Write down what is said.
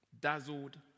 dazzled